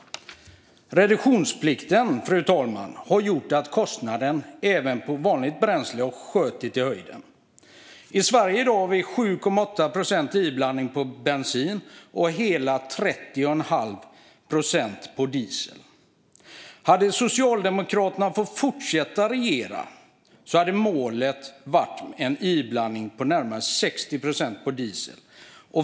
Reduktionsplikten har gjort att kostnaden även på vanligt bränsle har skjutit i höjden. I Sverige i dag är det 7,8 procents inblandning i bensin och hela 30 1⁄2 procents inblandning i diesel. Hade Socialdemokraterna fått fortsätta att regera hade målet varit en inblandning på närmare 60 procent i diesel.